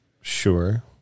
Sure